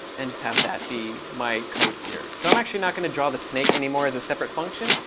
and just have that be my code here. so i'm actually not going to draw the snake anymore as a separate function.